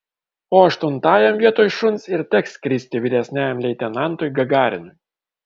o aštuntajam vietoj šuns ir teks skristi vyresniajam leitenantui gagarinui